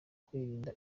kwirinda